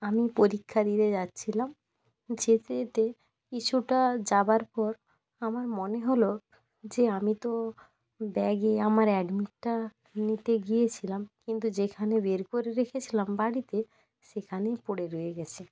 আমি পরীক্ষা দিতে যাচ্ছিলাম যেতে যেতে কিছুটা যাওয়ার পর আমার মনে হলো যে আমি তো ব্যাগে আমার অ্যাডমিটটা নিতে গিয়েছিলাম কিন্তু যেখানে বের করে রেখেছিলাম বাড়িতে সেখানেই পড়ে রয়ে গেছে